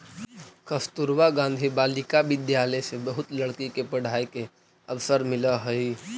कस्तूरबा गांधी बालिका विद्यालय से बहुत लड़की के पढ़ाई के अवसर मिलऽ हई